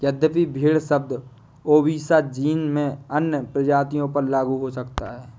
यद्यपि भेड़ शब्द ओविसा जीन में अन्य प्रजातियों पर लागू हो सकता है